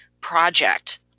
project